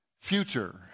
future